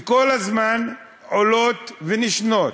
וכל הזמן עולות ונשנות,